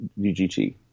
UGT